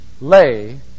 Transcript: lay